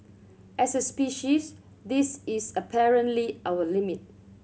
as a species this is apparently our limit